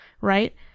Right